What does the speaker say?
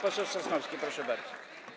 Poseł Sosnowski, proszę bardzo.